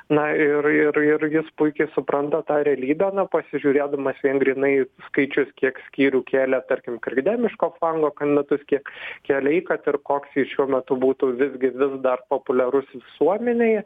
na ir ir ir jis puikiai supranta tą realybę na pasižiūrėdamas vien grynai į skaičius kiek skyrių kėlė tarkim krikdemiško flango kandidatus kiek kėlė jį kad ir koks jis šiuo metu būtų visgi vis dar populiarus visuomenėje